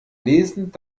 lesend